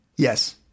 Yes